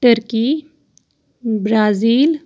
turkey Brazil